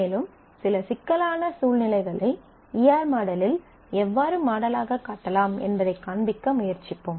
மேலும் சில சிக்கலான சூழ்நிலைகளை ஈ ஆர் மாடலில் எவ்வாறு மாடலாகக் காட்டலாம் என்பதைக் காண்பிக்க முயற்சிப்போம்